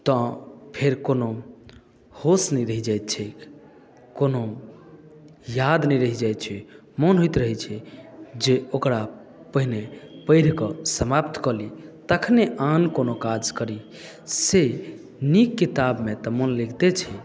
तऽ फेर कोनो होश नहि रहि जाइत छैक कोनो याद नहि रहित जाइत छैक मोन होइत रहैत जे ओकरा पहिने पढ़िक समाप्त कऽ ली तखने आन कोनो काज करी से नीक किताबमे तऽ मोन लगितै छै